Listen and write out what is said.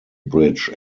bridge